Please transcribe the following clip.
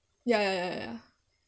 ya ya ya ya ya ya